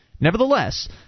Nevertheless